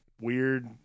Weird